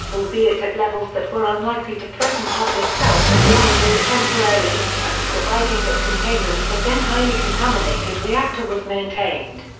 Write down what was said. albeit at levels that were unlikely to threaten public health as long as they were temporary, and providing that containment of the then highly contaminated reactor was maintained.